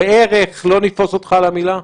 בערך, לא נתפוס אותך על המילה.